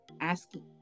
asking